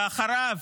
ואחריו